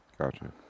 Gotcha